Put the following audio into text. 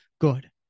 Good